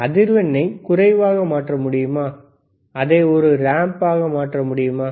அதிர்வெண்ணை குறைவாக மாற்ற முடியுமா அதை ஒரு ரேம்பாக மாற்ற முடியுமா